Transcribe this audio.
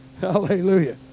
Hallelujah